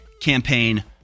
campaign